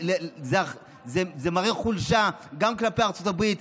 זה מראה חולשה גם כלפי ארצות הברית,